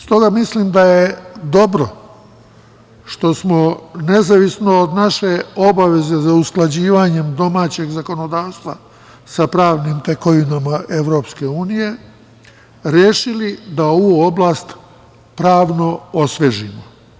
Stoga mislim da je dobro što smo, nezavisno od naše obaveze za usklađivanjem domaćeg zakonodavstva sa pravnim tekovinama Evropske unije, rešili da ovu oblast pravno osvežimo.